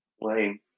Lame